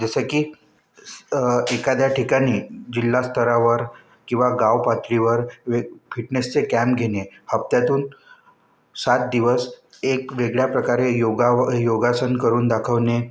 जसं की एखाद्या ठिकाणी जिल्हा स्तरावर किंवा गाव पातळीवर वेग फिटनेसचे कॅम्प घेणे हप्त्यातून सात दिवस एक वेगळ्या प्रकारे योगा व योगासन करून दाखवणे